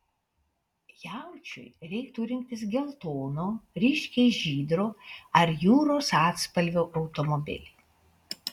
jaučiui reiktų rinktis geltono ryškiai žydro ar jūros atspalvio automobilį